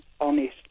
honest